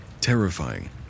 terrifying